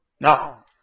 now